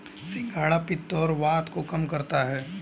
सिंघाड़ा पित्त और वात को कम करता है